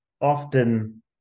often